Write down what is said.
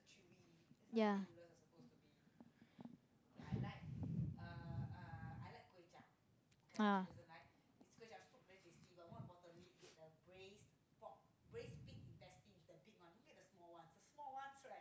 ya ah